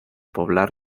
poblar